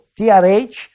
TRH